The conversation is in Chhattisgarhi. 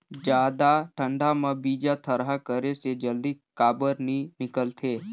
जादा ठंडा म बीजा थरहा करे से जल्दी काबर नी निकलथे?